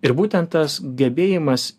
ir būtent tas gebėjimas